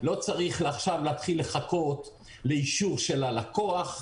לא צריך עכשיו להתחיל לחכות לאישור של הלקוח,